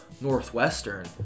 Northwestern